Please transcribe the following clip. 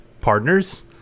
partners